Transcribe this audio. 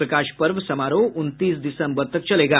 प्रकाश पर्व समारोह उनतीस दिसम्बर तक चलेगा